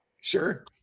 sure